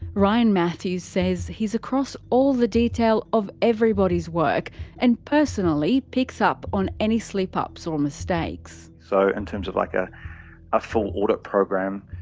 ryan matthews says he's across the detail of everybody's work and personally picks up on any slip ups or mistakes. so in terms of like a ah full audit program,